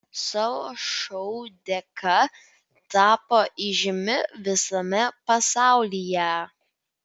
savo šou dėka tapo įžymi visame pasaulyje